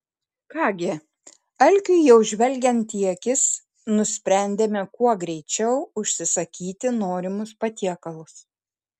ką gi alkiui jau žvelgiant į akis nusprendėme kuo greičiau užsisakyti norimus patiekalus